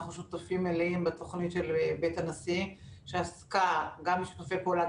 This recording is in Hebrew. אנחנו שותפים מלאים בתוכנית של בית הנשיא שעסקה גם בשיתופי פעולה,